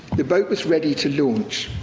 the boat was ready to launch.